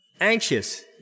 anxious